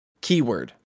keyword